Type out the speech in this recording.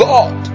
God